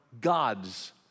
God's